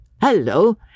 Hello